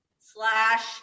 slash